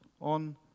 on